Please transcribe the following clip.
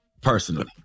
Personally